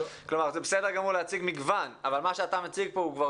זה בסדר גמור להציג מגוון אבל מה שאתה מציג פה הוא כבר